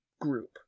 group